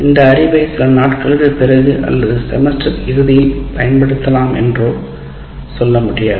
இந்த அறிவை சில நாட்களுக்குப் பிறகு அல்லது செமஸ்டர் இறுதியில் பயன்படுத்தலாம் என்றோ சொல்ல முடியாது